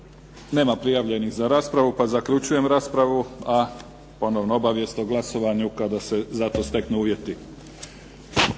Nema prijavljenih za raspravu. Zaključujem raspravu. A ponovo obavijest o glasovanju kada se za to steknu uvjeti.